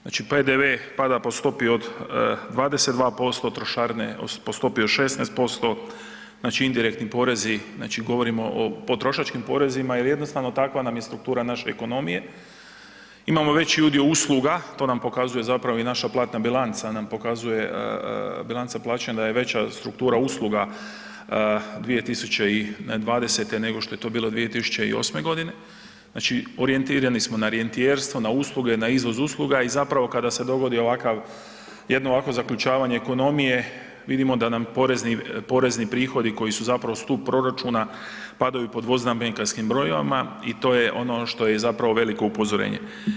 Znači BDP pada po stopi od 22%, trošarine po stopi od 16%, znači indirektni porezi, znači govorimo o potrošačkim porezima jer jednostavno takva nam je struktura naše ekonomije, imamo veći udio usluga, to nam pokazuje zapravo i naša platna bilanca nam pokazuje bilanca plaćanja da je veća struktura usluga 2020. nego što je to bilo 2008. g., znači orijentirani smo na rentijerstvo, na usluge, na izvoz usluga i zapravo kada se dogodi ovakav, jedno ovakvo zaključavanje ekonomije, vidimo dam porezni prihodi koji su zapravo stup proračuna, padaju pod dvoznamenkastim brojevima i to je ono što je zapravo veliko upozorenje.